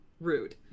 rude